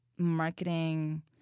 marketing